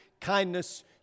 kindness